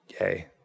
Yay